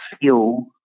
feel